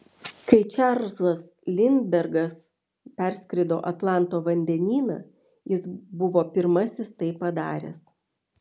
kai čarlzas lindbergas perskrido atlanto vandenyną jis buvo pirmasis tai padaręs